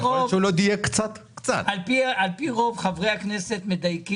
כשאתה מסתכל על סעיף 4 אתה אמנם רואה שהכותרת היא חיסונים,